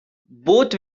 both